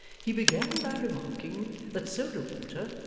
he began by remarking that soda-water,